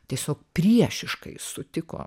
tiesiog priešiškai sutiko